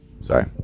Sorry